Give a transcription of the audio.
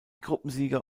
gruppensieger